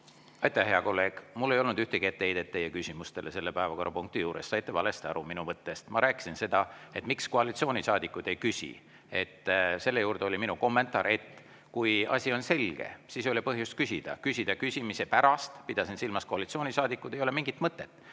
Aitäh, hea kolleeg! Mul ei olnud ühtegi etteheidet teie küsimustele selle päevakorrapunkti juures. Saite valesti aru minu mõttest. Ma rääkisin sellest, miks koalitsioonisaadikud ei küsi. Selle juurde oli minu kommentaar, et kui asi on selge, siis ei ole põhjust küsida. Küsida küsimise pärast – pidasin silmas koalitsioonisaadikud – ei ole mingit mõtet.